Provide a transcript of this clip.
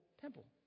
temple